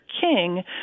King